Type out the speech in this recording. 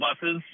buses